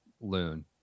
loon